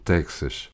Texas